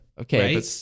Okay